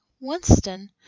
Winston